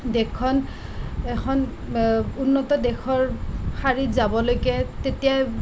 দেশখন এখন উন্নত দেশৰ শাৰীত যাবলৈকে তেতিয়াই